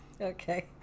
Okay